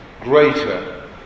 greater